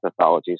pathologies